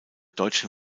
deutschen